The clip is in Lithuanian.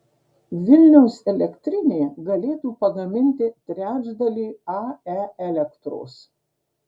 vilniaus elektrinė galėtų pagaminti trečdalį ae elektros